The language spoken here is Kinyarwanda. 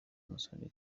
musoni